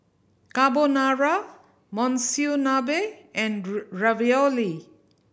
Carbonara Monsunabe and Ravioli